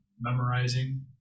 memorizing